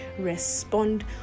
respond